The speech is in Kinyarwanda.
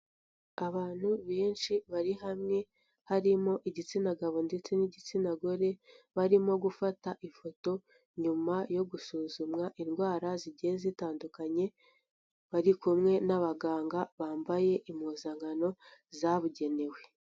Abantu benshi bari hamwe harimo igitsina gabo ndetse n'igitsina gore, barimo gufata ifoto nyuma yo gusuzumwa indwara zigiye zitandukanye, bari kumwe n'abaganga bambaye impuzankano zabugenewe.